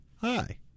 hi